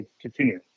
continue